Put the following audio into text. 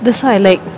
that's why I like